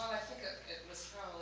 think ah it was